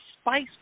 spice